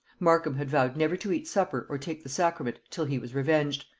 markham had vowed never to eat supper or take the sacrament till he was revenged,